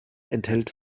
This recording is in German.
enthält